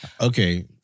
Okay